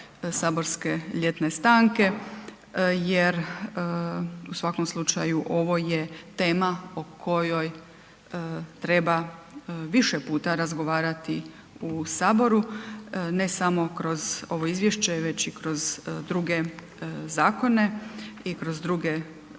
saborske ljetne stanke jer u svakom slučaju ovo je tema o kojoj treba više puta razgovarati u HS, ne samo kroz ovo izvješće, već i kroz druge zakone i kroz druge